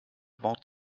wort